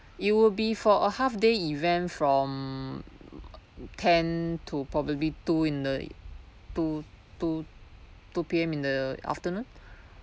it will be for a half day event from ten to probably two in the two two two P_M in the afternoon